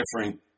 different